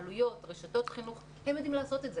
בעלויות, רשתות חינוך כי הם יודעים לעשות את זה